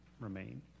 remain